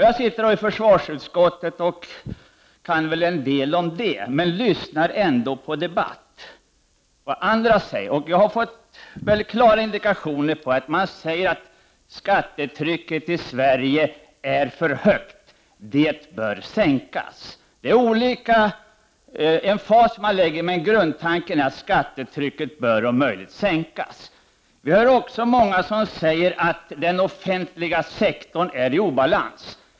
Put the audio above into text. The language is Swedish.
Jag sitter i försvarsutskottet och kan väl en-del om det som hör dit, men jag lyssnar ändå på vad andra säger i debatten. Jag har då fått klara indikationer på att man menar att skattetrycket i Sverige är för högt och att det bör sänkas. Emfasen är olika stark, men grundtanken är att skattetrycket om möjligt bör sänkas. Många säger också att den offentliga sektorn är i obalans.